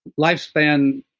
lifespan